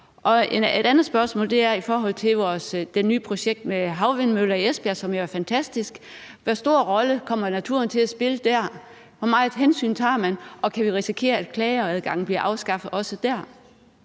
Et andet spørgsmål er om det nye projekt med havvindmøller i Esbjerg, som jo er fantastisk: Hvor stor rolle kommer naturen til at spille dér? Hvor meget hensyn tager man, og kan vi risikere, at klageadgangen bliver afskaffet også dér?